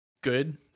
good